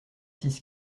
six